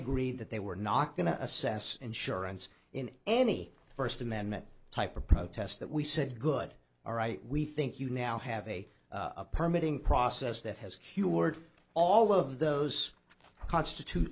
agreed that they were not going to assess insurance in any first amendment type of protest that we said good all right we think you now have a permit in process that has cured all of those constitute